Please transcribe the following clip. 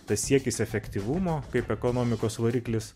tas siekis efektyvumo kaip ekonomikos variklis